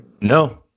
No